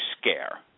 scare